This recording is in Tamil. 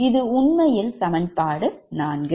இது உண்மையில் சமன்பாடு 4